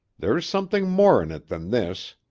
there's something more in it than this?